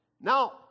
Now